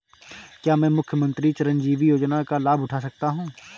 क्या मैं मुख्यमंत्री चिरंजीवी योजना का लाभ उठा सकता हूं?